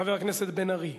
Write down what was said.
חבר הכנסת מיכאל בן-ארי.